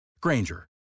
Granger